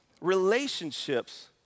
Relationships